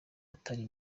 atari